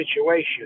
situation